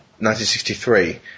1963